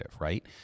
right